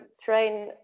train